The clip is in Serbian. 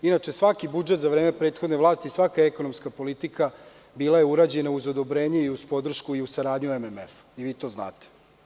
Inače, svaki budžet za vreme prethodne vlasti i svaka ekonomska politika bila je urađena uz odobrenje i uz podršku i uz saradnju MMF-a i vi to znate.